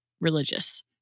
religious